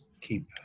keep